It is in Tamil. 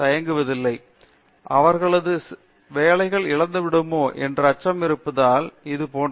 பேராசிரியர் அரிந்தமா சிங் அவர்களது வேலைகள் இழந்துவிடுமோ என்ற அச்சம் இருப்பதால் அல்லது சில போன்றவை